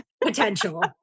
potential